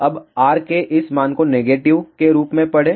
अब R के इस मान को नेगेटिव के रूप में पढ़ें